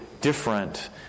different